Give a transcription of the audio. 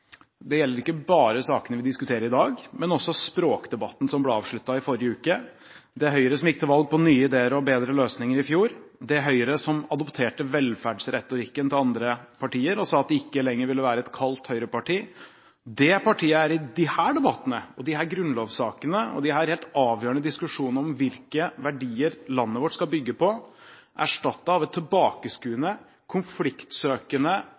Det gjelder ikke bare de sakene vi diskuterer i dag, men også språkdebatten, som ble avsluttet i forrige uke. Det Høyre som gikk til valg på nye ideer og bedre løsninger i fjor, det Høyre som adopterte velferdsretorikken til andre partier og sa at de ikke lenger ville være et kaldt høyreparti – det partiet er i disse debattene, i disse grunnlovssakene og i disse helt avgjørende diskusjonene om hvilke verdier landet vårt skal bygge på, erstattet av et tilbakeskuende, konfliktsøkende,